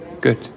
good